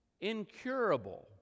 incurable